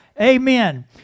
Amen